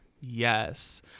yes